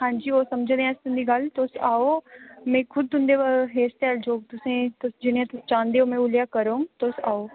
हांजी ओह् समझने आं तुंदी गल्ल तुस आओ मीं खुद तुंदे हेयर स्टाइल जो तुसें जनेहा तुस चाहंदे ओ में उऐ लेहा करोंग तुस आओ